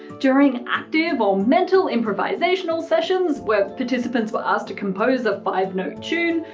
during active or mental improvisational sessions where participants were asked to compose a five note tune,